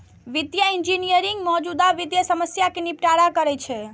वित्तीय इंजीनियरिंग मौजूदा वित्तीय समस्या कें निपटारा करै छै